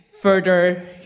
further